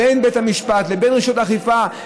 בין בית המשפט לבין רשויות האכיפה,